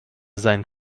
seinen